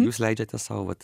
jūs leidžiate sau vat